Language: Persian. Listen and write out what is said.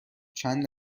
چند